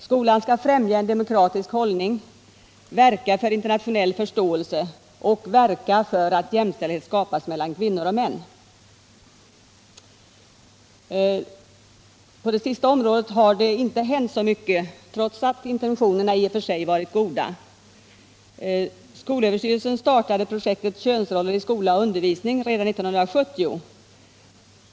Skolan skall främja en demokratisk hållning, verka för internationell förståelse och verka för att jämställdhet skapas mellan kvinnor och män. På det sista området har det inte hänt så mycket trots att intentionerna i och för sig varit goda. Skolöverstyrelsen startade projektet ”Könsroller i skola och undervisning” redan 1970.